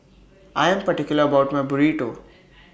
I Am particular about My Burrito